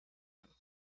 him